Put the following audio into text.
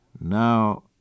Now